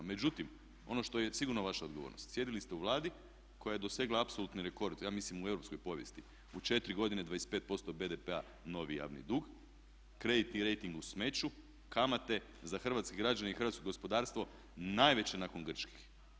Međutim, ono što je sigurno vaš odgovornost sjedili ste u Vladi koja je dosegla apsolutni rekord ja mislim u europskoj povijesti, u 4 godine 25% BDP-a novi javni dug, kreditni rejting u smeću, kamate za hrvatske građane i hrvatsko gospodarstvo najveće nakon grčkih.